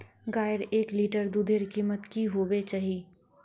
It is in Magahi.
गायेर एक लीटर दूधेर कीमत की होबे चही?